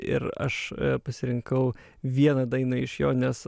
ir aš pasirinkau vieną dainą iš jo nes